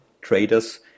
traders